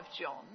John